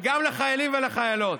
וגם לחיילים ולחיילות: